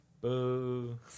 Boo